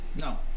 No